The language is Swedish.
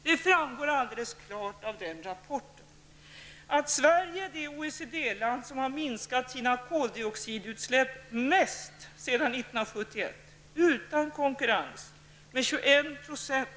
Det framgår helt klart av denna rapport att Sverige är det OECD-land som utan konkurrens har minskat sina koldioxidutsläpp mest sedan 1971, med 21 %.